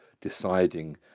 deciding